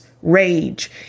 Rage